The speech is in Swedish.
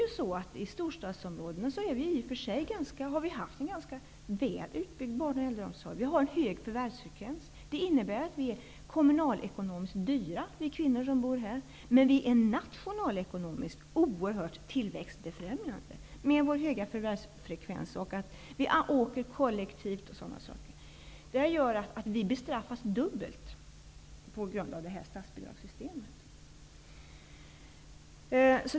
I storstadsområdena har vi i och för sig haft en ganska väl utbyggd barn och äldreomsorg. Vi har en hög förvärvsfrekvens. Det innebär att vi kvinnor som bor här är kommunalekonomiskt dyra, men vi är nationalekonomiskt oerhört tillväxtbefrämjande med vår höga förvärvsfrekvens, genom att vi åker kollektivt och sådana saker. Det gör att vi bestraffas dubbelt på grund av det här statsbidragssystemet.